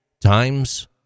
time's